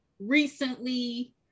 recently